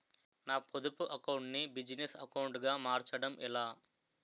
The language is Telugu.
నా పొదుపు అకౌంట్ నీ బిజినెస్ అకౌంట్ గా మార్చడం ఎలా?